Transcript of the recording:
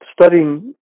studying